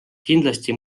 kindlasti